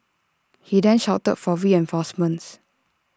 he then shouted for reinforcements